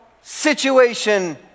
situation